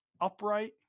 upright